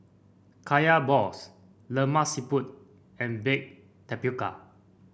Kaya Balls Lemak Siput and Baked Tapioca